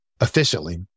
efficiently